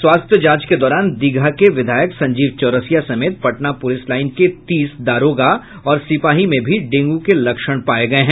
स्वास्थ्य जांच के दौरान दीघा के विधायक संजीव चौरसिया समेत पटना पुलिस लाईन के तीस दारोगा और सिपाही में भी डेंगू के लक्षण पाये गये हैं